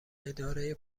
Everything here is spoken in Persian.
اداره